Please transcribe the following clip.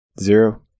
Zero